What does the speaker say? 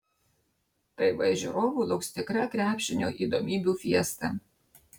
tv žiūrovų lauks tikra krepšinio įdomybių fiesta